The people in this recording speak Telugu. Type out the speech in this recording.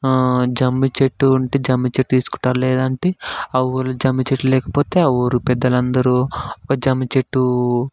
జమ్మిచెట్టు ఉంటే జమ్మిచెట్టు తీసుకుంటారు లేదంటే ఆ ఊరు జమ్మిచెట్టు లేకపోతే ఆ ఊరు పెద్దలందరూ ఒక జమ్మిచెట్టు